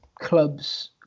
clubs